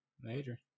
Major